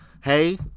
hey